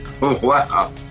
Wow